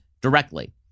directly